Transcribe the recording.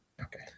Okay